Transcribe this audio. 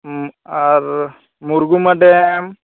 ᱟᱨ ᱢᱩᱨᱜᱟᱢᱟ ᱰᱮᱢ